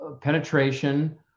penetration